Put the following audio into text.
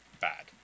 bad